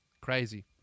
Crazy